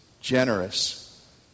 generous